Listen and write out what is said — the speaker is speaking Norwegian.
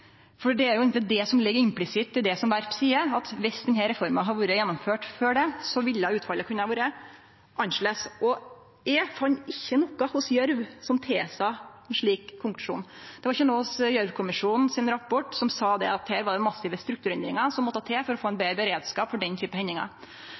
Det er det som implisitt ligg i det som Werp seier, at viss denne reforma hadde vore gjennomført før det, kunne utfallet ha vore annleis. Eg fann ikkje noko i Gjørv-rapporten som tilsa ein slik konklusjon. Det var ikkje noko i Gjørv-kommisjonens rapport som sa at det var massive strukturendringar som måtte til for å få ein